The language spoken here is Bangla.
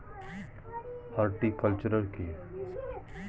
হর্টিকালচার কি?